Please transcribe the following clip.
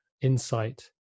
insight